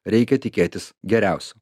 reikia tikėtis geriausio